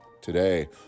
today